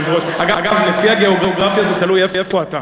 אגב, לפי הגיאוגרפיה זה תלוי איפה אתה.